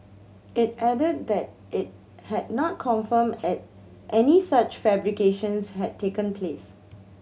it added that it had not confirmed at any such fabrications had taken place